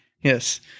Yes